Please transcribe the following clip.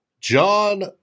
John